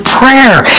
prayer